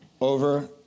over